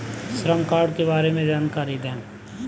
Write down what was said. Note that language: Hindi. श्रम कार्ड के बारे में जानकारी दें?